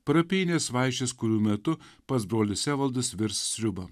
parapijinės vaišės kurių metu pats brolis evaldas virs sriubą